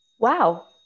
Wow